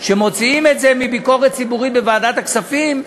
שמוציאים את זה מביקורת ציבורית בוועדת הכספים,